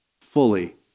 fully